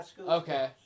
Okay